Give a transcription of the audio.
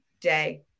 day